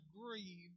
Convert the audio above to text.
grieve